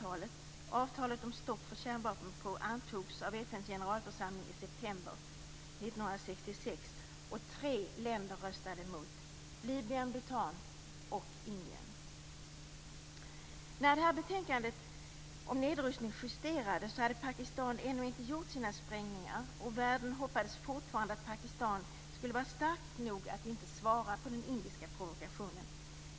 CTBT-avtalet om stopp på kärnvapenprov antogs av FN:s generalförsamling i september 1996, och tre länder röstade mot: Libyen, När det här betänkandet om nedrustning justerades hade Pakistan ännu inte gjort sina sprängningar. Världen hoppades fortfarande att Pakistan skulle vara starkt nog att inte svara på den indiska provokationen.